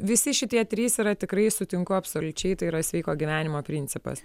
visi šitie trys yra tikrai sutinku absoliučiai tai yra sveiko gyvenimo principas